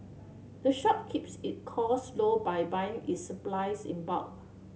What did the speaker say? the shop keeps it costs low by buying its supplies in bulk